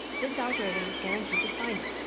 this algorithm is guaranteed to find it.